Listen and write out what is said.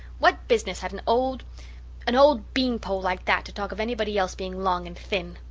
what business had an old an old beanpole like that to talk of anybody else being long and thin?